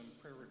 prayer